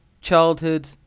childhood